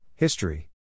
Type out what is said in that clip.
History